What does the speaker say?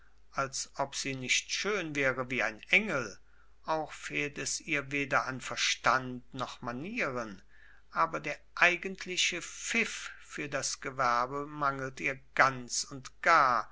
als ob sie nicht schön wäre wie ein engel auch fehlt es ihr weder an verstand noch manieren aber der eigentliche pfiff für das gewerbe mangelt ihr ganz und gar